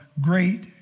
great